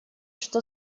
что